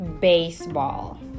baseball